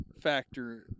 factor